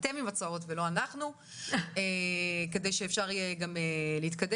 אתם עם הצעות ולא אנחנו כדי שאפשר יהיה גם להתקדם